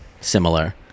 similar